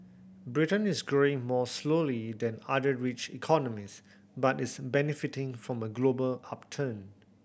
Britain is growing more slowly than other rich economies but is benefiting from a global upturn